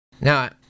now